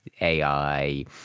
AI